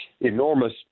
Enormous